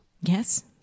Yes